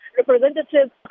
representatives